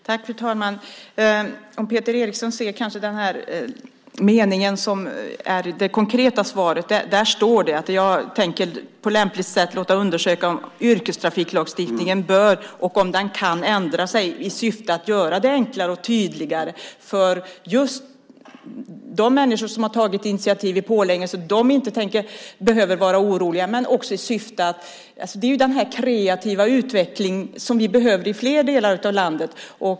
Fru talman! Peter Eriksson ser kanske den mening som är det konkreta svaret. Där står det att jag på lämpligt sätt tänker låta undersöka om yrkestrafiklagstiftningen bör och kan ändras i syfte att göra det enklare och tydligare för just de människor som har tagit initiativ i Pålänge så att de inte behöver vara oroliga. Det handlar om den kreativa utveckling som vi behöver i flera delar av landet.